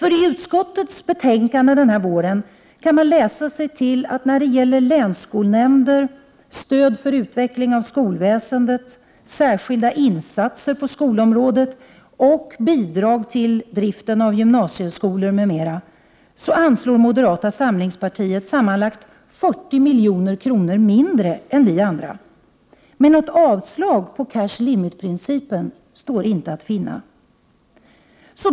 I utskottets betänkanden den här våren kan man läsa sig till att när det gäller länsskolnämnder, stöd för utveckling av skolväsendet, särskilda insatser på skolområdet och bidrag till driften av gymnasieskolor m.m., vill moderata samlingspartiet anslå sammanlagt 40 milj.kr. mindre än vi andra. Men något avstyrkande av cash limit-principen står inte att finna.